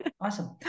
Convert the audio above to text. Awesome